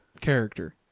character